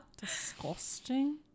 Disgusting